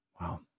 Wow